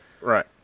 Right